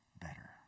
better